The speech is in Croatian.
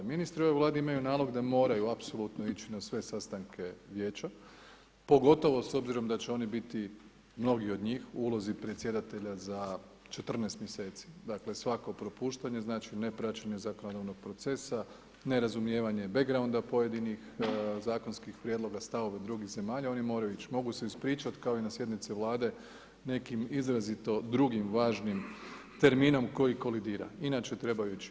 Ministri u ovoj Vladi imaju nalog da moraju apsolutno ići na sve sastanke Vijeća, pogotovo s obzirom da će oni biti, mnogi od njih u ulozi predsjedatelja za 14 mjeseci, dakle svako propuštanje znači ne praćenje zakonodavnog procesa, nerazumijevanje, back grounda pojedinih zakonskih prijedloga, stavove drugih zemalja, oni moraju ići, mogu se ispričati kao i na sjednici Vlade nekim izrazito drugim važnim terminom koji kolidira, inače trebaju ići.